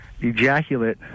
ejaculate